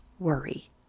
Worry